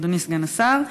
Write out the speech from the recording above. אדוני סגן השר: